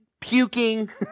puking